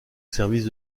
service